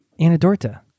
anadorta